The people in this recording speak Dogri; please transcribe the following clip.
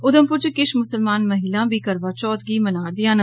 उघमपुर च किश मुसलमान महिलां बी करवा चौथ गी मना'रदियां न